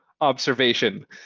observation